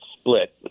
split